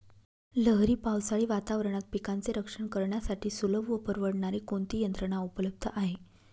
लहरी पावसाळी वातावरणात पिकांचे रक्षण करण्यासाठी सुलभ व परवडणारी कोणती यंत्रणा उपलब्ध आहे?